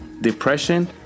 depression